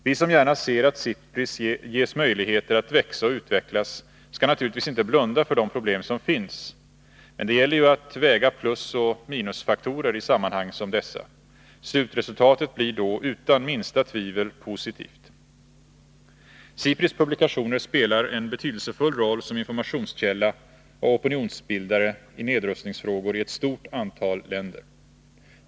Vi som gärna ser att SIPRI ges möjligheter att växa och utvecklas skall naturligtvis inte blunda för de problem som finns. Men det gäller ju att väga plusoch minusfaktorer i sammanhang som dessa. Slutresultatet blir då utan minsta tvivel positivt. SIPRI:s publikationer spelar en betydelsefull roll som informationskälla och opinionsbildare i nedrustningsfrågor i ett stort antal länder.